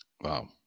Wow